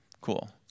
Cool